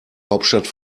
hauptstadt